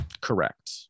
Correct